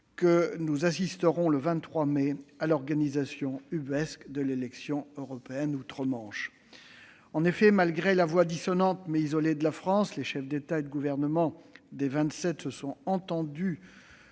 que nous assisterons, le 23 mai prochain, à l'organisation ubuesque d'élections européennes outre-Manche. En effet, malgré la voix dissonante, mais isolée, de la France, les chefs d'État et de gouvernement des Vingt-Sept se sont entendus,